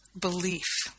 belief